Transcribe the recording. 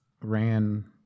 ran